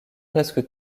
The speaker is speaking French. presque